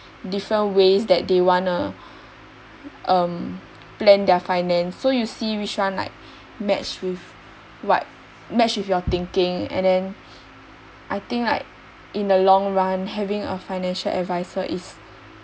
different ways that they wanna um plan their finance so you see which one like match with what match with your thinking and then I think like in the long run having a financial adviser is